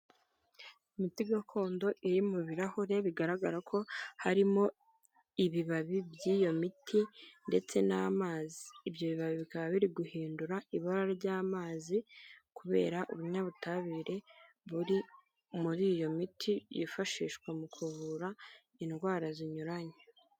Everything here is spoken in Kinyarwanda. Imiti gakondo iri mu birarahure bigaragara ko harimo ibibabi by'iyo miti ndetse n'amazi, ibyo bibabi bikaba biri guhindura ibara ry'amazi kubera ubunyabutabire buri muri iyo miti yifashishwa mu kuvura indwara zinyuranye.